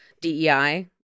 DEI